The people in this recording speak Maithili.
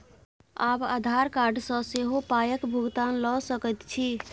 आब आधार कार्ड सँ सेहो पायक भुगतान ल सकैत छी